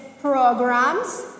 programs